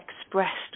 expressed